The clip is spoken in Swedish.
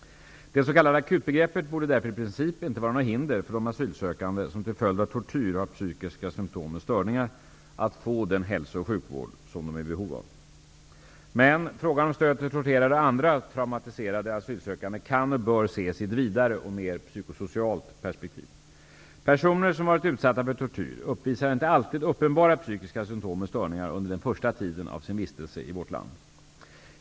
Det s.k. akutbegreppet borde därför i princip inte vara något hinder för de asylsökande som till följd av tortyr har psykiska symtom och störningar, att få den hälso och sjukvård som de är i behov av. Men frågan om stöd till torterade och andra traumatiserade asylsökande kan och bör ses i ett vidare och mer psykosocialt perspektiv. Personer som har varit utsatta för tortyr uppvisar inte alltid uppenbara psykiska symtom och störningar under den första tiden av sin vistelse i vårt land.